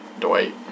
Dwight